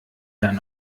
dann